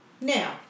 Now